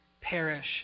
perish